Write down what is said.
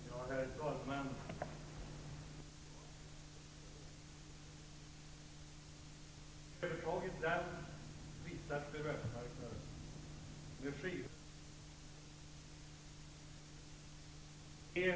Herr talman! Jag sade just detta om konkurser.